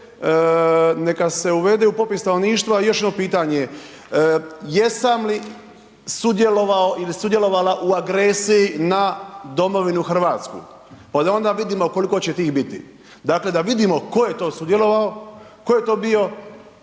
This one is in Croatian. neka se uvede u popis stanovništva još jedno pitanje. Jesam li sudjelovao ili sudjelovala u agresiji na domovinu Hrvatsku pa da onda vidimo koliko će tih biti. Dakle, da vidimo tko je to sudjelovao, tko je to bilo,